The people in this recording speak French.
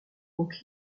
donc